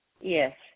Yes